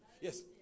Yes